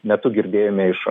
metu girdėjome iš